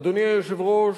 אדוני היושב-ראש,